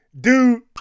Dude